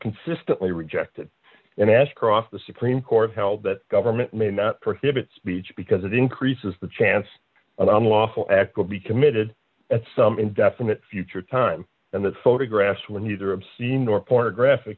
consistently rejected and ashcroft the supreme court held that government may not prohibit speech because it increases the chance of an unlawful act would be committed at some indefinite future time and that photographs were neither obscene or pornographic